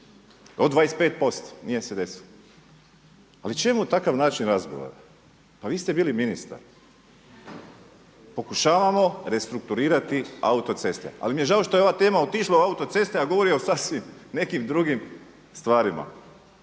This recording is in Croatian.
od 25%, nije se desilo. Ali čemu takav način razgovora? Pa vi ste bili ministar. Pokušavamo restrukturirati autoceste ali mi je žao što je ova tema otišla u autoceste a govori o sasvim nekim drugim stvarima,